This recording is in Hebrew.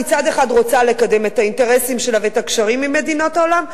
שמצד אחד רוצה לקדם את האינטרסים שלה ואת הקשרים עם מדינות העולם,